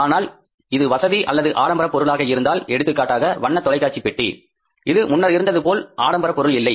ஆனால் இது வசதி அல்லது ஆடம்பரப் பொருளாக இருந்தால் எடுத்துக்காட்டாக வண்ணத் தொலைக்காட்சி பெட்டி இது முன்னர் இருந்ததுபோல் ஆடம்பரப் பொருள் இல்லை